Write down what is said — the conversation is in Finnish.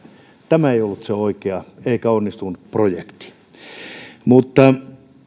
tämä ei ollut oikea eikä onnistunut projekti